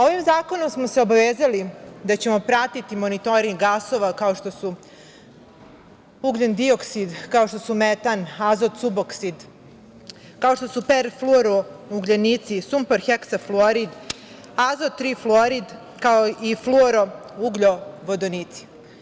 Ovim zakonom smo se obavezali da ćemo pratiti monitoring gasova, kao što su ugljendioksid, kao što su metan, azotsuboksid, kao što su perfluorougljenici, sumpor heksafluorid, azottriflorid, kao u flouorougljovodonici.